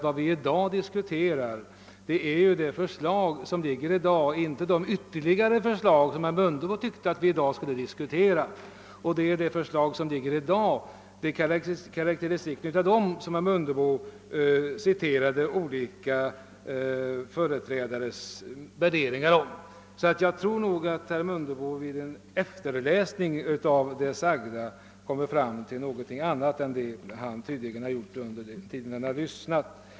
Vad vi i dag diskuterar är ju det förslag som nu ligger på riksdagens bord och inte de ytterligare förslag som herr Mundebo tyckte att vi i dag skulle diskutera, och det var ju olika partiers företrädares värdering av det i dag föreliggande förslaget som herr Mundebo återgav. Jag tror att herr Mundebo vid en efterläsning av det sagda skall komma fram till någonting annat än det han kommit fram till nu när han lyssnat till debatten.